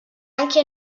anche